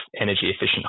energy-efficient